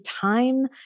time